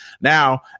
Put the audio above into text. Now